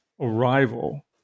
arrival